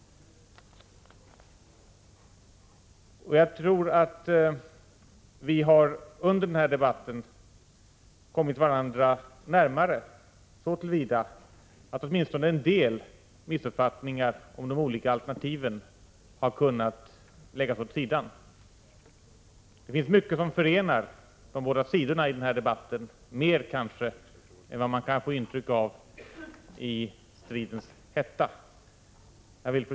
Jag tror att vi under denna debatt har kommit varandra närmare så till vida att åtminstone en del missuppfattningar om de olika alternativen har kunnat undanröjas. Det finns mycket som förenar de båda sidorna i debatten, kanske mer än det som sagts i stridens hetta kan ha givit intryck av.